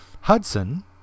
hudson